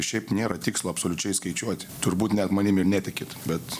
šiaip nėra tikslo absoliučiai skaičiuoti turbūt net manim ir netikit bet